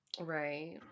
right